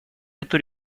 эту